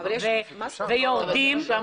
אנחנו כרגע